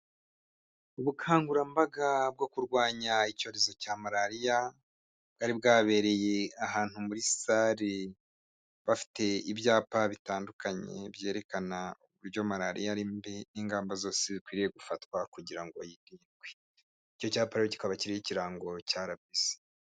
Ubukangurambaga bwo kurwanya icyorezo cya malariya bwari bwabereye ahantu muri sare bafite ibyapa bitandukanye byerekana uburyo malariya ari mbi n'ingamba zose zikwiriye gufatwa kugira ngo yirindwe. Icyo cyapa kikaba kiriho ikirango cya arabisi.